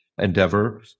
endeavor